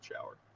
shower